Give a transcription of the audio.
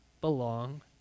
belong